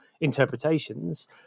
interpretations